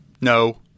No